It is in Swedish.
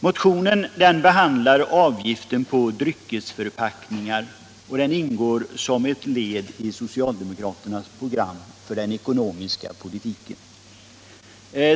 Motionen tar upp avgiften på dryckesförpackningar, och den ingår som ett led i socialdemokraternas program för den ekonomiska politiken.